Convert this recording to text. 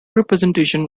representation